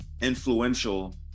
influential